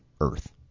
Earth